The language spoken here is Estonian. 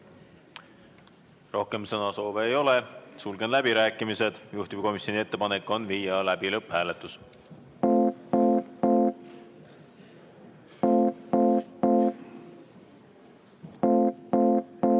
Rohkem sõnasoove ei ole, sulgen läbirääkimised. Juhtivkomisjoni ettepanek on viia läbi lõpphääletus.